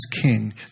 king